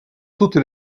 toutes